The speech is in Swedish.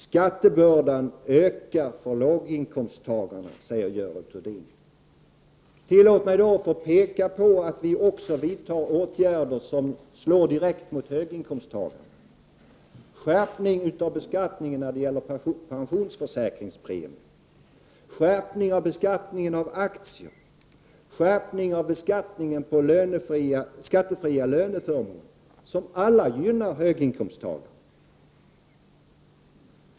Skattebördan ökar för låginkomsttagarna, säger Görel Thurdin. Tillåt mig då peka på att vi också vidtar åtgärder som får betalas av höginkomsttagarna. Vi skärper beskattningen när det gäller pensionsförsäkringspremier. Vi skärper beskattningen av aktier och skattefria löneförmåner. Här gynnades tidigare höginkomsttagarna.